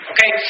Okay